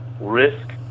risk